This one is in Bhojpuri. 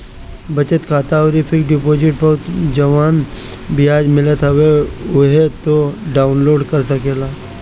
बचत खाता अउरी फिक्स डिपोजिट पअ जवन बियाज मिलत हवे उहो तू डाउन लोड कर सकेला